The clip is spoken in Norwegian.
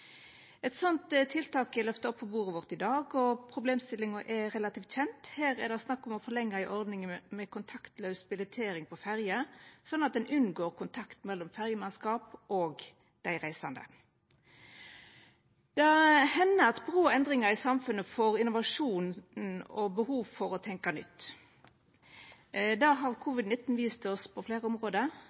Eit slikt tiltak er løfta opp på bordet vårt i dag, og problemstillinga er relativt kjend. Her er det snakk om å forlengja ei ordning med kontaktlaus billettering på ferjer, slik at ein unngår kontakt mellom ferjemannskap og dei reisande. Det hender at brå endringar i samfunnet fører til innovasjon og behov for å tenkja nytt. Det har covid-19 vist oss på fleire område.